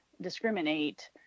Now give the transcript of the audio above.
discriminate